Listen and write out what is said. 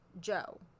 Joe